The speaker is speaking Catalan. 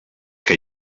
que